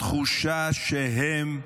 התחושה שהם,